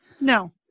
No